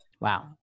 Wow